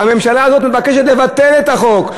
הממשלה הזאת מבקשת לבטל את החוק,